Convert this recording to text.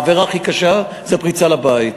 העבירה הכי קשה זה פריצה לבית.